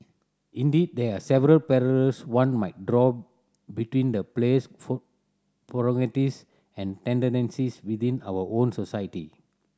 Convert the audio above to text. indeed there are several parallels one might draw between the play's protagonist and within our own society